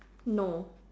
no